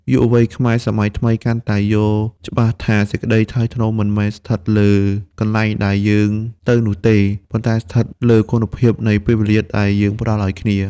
យុវវ័យខ្មែរសម័យថ្មីកាន់តែយល់ច្បាស់ថា សេចក្តីថ្លៃថ្នូរមិនមែនស្ថិតលើកន្លែងដែលយើងទៅនោះទេ ប៉ុន្តែស្ថិតលើគុណភាពនៃពេលវេលាដែលយើងផ្ដល់ឱ្យគ្នា។